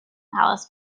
alice